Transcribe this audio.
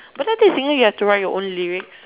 but then I think singer you have to write your own lyrics